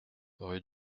rue